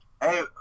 Hey